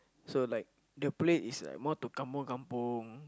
so like the place is like more to kampung kampung